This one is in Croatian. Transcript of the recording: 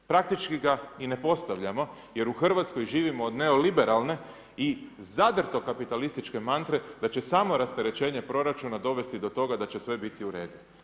Praktički ga i ne postavljamo jer u RH živimo od neoliberalne i zadrto kapitalističke mantre da će samo rasterećenje proračuna dovesti do toga da će sve biti u redu.